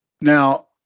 Now